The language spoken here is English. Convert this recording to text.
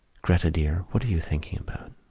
gretta, dear, what are you thinking about?